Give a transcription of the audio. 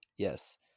Yes